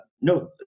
No